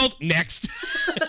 Next